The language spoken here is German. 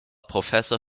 professor